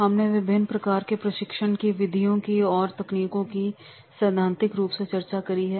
हमने विभिन्न प्रकार के प्रशिक्षण की विधियों की और तकनीकों की सैद्धांतिक रूप से चर्चा करी है